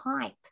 pipe